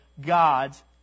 God's